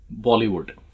Bollywood